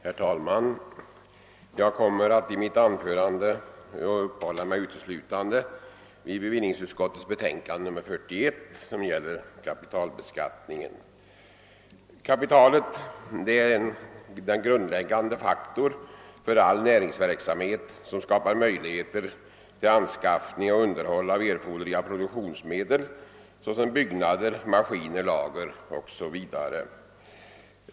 Herr talman! Jag kommer i mitt anförande uteslutande att uppehålla mig vid bevillningsutskottets betänkande nr 41 som gäller kapitalbeskattningen. Kapitalet är den grundläggande faktorn för all näringsverksamhet — det skapar möjligheter till anskaffning och underhåll av erforderliga produktionsmedel såsom byggnader, maskiner, lager o.s.v.